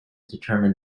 determine